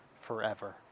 forever